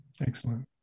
Excellent